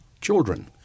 children